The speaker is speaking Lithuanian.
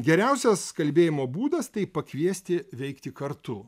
geriausias kalbėjimo būdas tai pakviesti veikti kartu